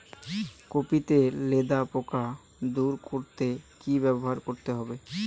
Copy তে লেদা পোকা দূর করতে কি ব্যবহার করতে হবে?